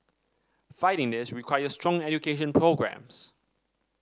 fighting this requires strong education programmes